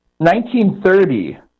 1930